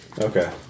Okay